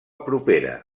propera